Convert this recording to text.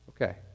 okay